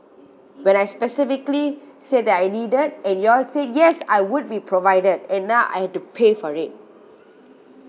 when I specifically said that I needed and you all said yes I would be provided and now I had to pay for it